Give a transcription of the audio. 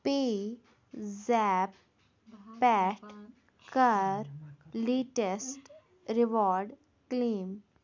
پے زیپ پٮ۪ٹھ کَر latest reward claim